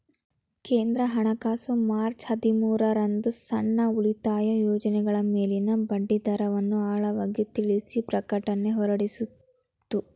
ಕೇಂದ್ರ ಹಣಕಾಸು ಮಾರ್ಚ್ ಹದಿಮೂರು ರಂದು ಸಣ್ಣ ಉಳಿತಾಯ ಯೋಜ್ನಗಳ ಮೇಲಿನ ಬಡ್ಡಿದರವನ್ನು ಆಳವಾಗಿ ತಿಳಿಸಿದ ಪ್ರಕಟಣೆ ಹೊರಡಿಸಿತ್ತು